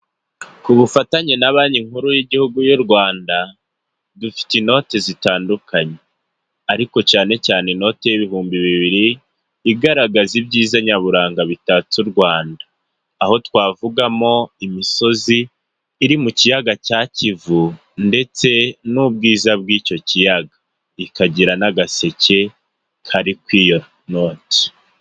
Ku bufatanye na banki nkuru y'igihugu y'u Rwanda, dufite inoti zitandukanye, ariko cyane cyane inote y'ibihumbi bibiri, igaragaza ibyiza nyaburanga bitatse u Rwanda, aho twavugamo imisozi iri mu kiyaga cya Kivu ndetse n'ubwiza bw'icyo kiyaga, ikagira n'agaseke kari kuri iyo note.